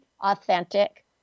authentic